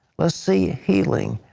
let's see healing.